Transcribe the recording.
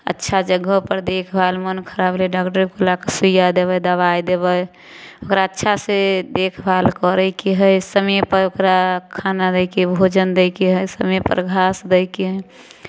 अच्छा जगहपर देखभाल मन खराब रहै डागदर बुला कऽ सुइआ देबै दबाइ देबै ओकरा अच्छासँ देखभाल करयके हइ समयपर ओकरा खाना दैके भोजन दैके हइ समयपर घास दैके हइ